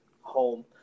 home